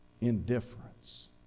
Indifference